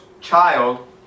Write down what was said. child